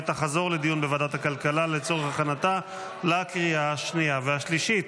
ותחזור לדיון בוועדת הכלכלה לצורך הכנתה לקריאה השנייה והשלישית.